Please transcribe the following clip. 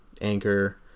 anchor